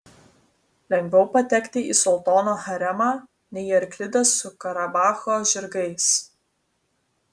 lengviau patekti į sultono haremą nei į arklidę su karabacho žirgais